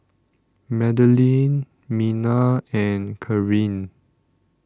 Madelene Mena and Karin